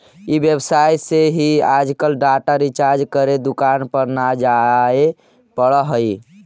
ई व्यवसाय से ही आजकल डाटा रिचार्ज करे दुकान पर न जाए पड़ऽ हई